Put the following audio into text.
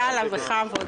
מרגי, בבקשה.